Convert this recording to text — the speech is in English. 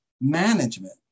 management